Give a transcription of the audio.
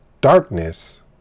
darkness